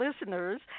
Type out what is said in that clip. listeners